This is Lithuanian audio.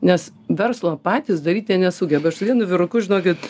nes verslo patys daryt jie nesugeba aš su vienu vyruku žinokit